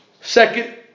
Second